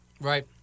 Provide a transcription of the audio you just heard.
Right